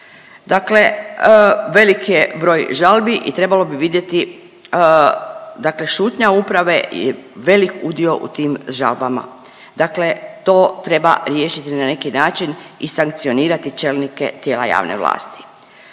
Dakle, velik je broj žalbi i trebalo bi vidjeti, dakle šutnja uprave je velik udio u tim žalbama, dakle to treba riješiti na neki način i sankcionirati čelnike tijela javne vlasti.